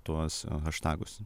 tuos haštagus